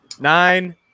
Nine